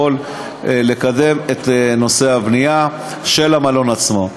הוא יכול לקדם את נושא הבנייה של המלון עצמו.